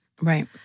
Right